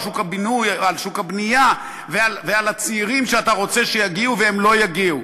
על שוק הבנייה ועל הצעירים שאתה רוצה שיגיעו לדירה והם לא יגיעו.